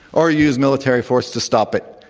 or use military force to stop it,